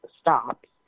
stops